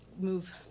move